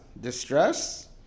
distress